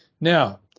now